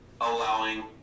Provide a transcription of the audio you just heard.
allowing